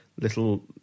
little